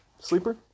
Sleeper